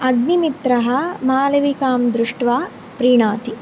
अग्निमित्रः मालविकां दृष्ट्वा प्रीणाति